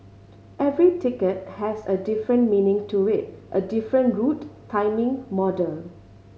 every ticket has a different meaning to it a different route timing model